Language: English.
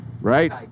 right